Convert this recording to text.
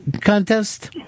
contest